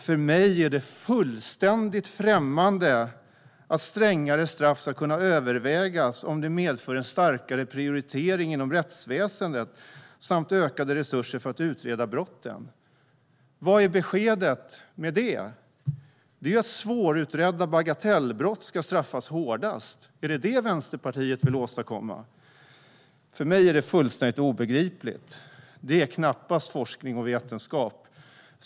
För mig är det fullständigt främmande att strängare straff ska kunna övervägas om det medför en starkare prioritering inom rättsväsendet samt ökade resurser för att utreda brotten. Vad är beskedet där? Jo, det är att svårutredda bagatellbrott ska straffas hårdast. Är det vad Vänsterpartiet vill åstadkomma? För mig är det fullständigt obegripligt. Det är knappast forskning och vetenskap.